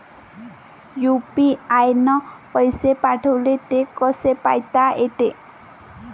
UPI न पैसे पाठवले, ते कसे पायता येते?